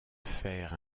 faire